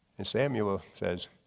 and samuel ah says